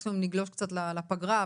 מקסימום נגלוש קצת לפגרה,